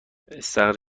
استخر